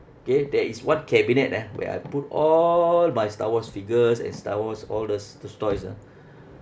K there is one cabinet ah where I put all my star wars figures and star wars all those those toys ah